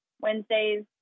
Wednesdays